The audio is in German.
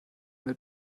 mit